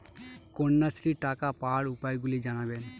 কন্যাশ্রীর টাকা পাওয়ার উপায়গুলি জানাবেন?